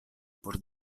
por